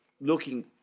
looking